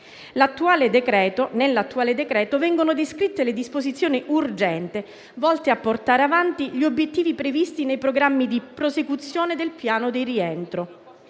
Nell'attuale decreto vengono descritte le disposizioni urgenti volte a portare avanti gli obiettivi previsti nei programmi di prosecuzione del piano di rientro.